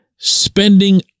Spending